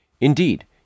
Indeed